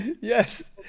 Yes